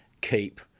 keep